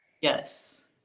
Yes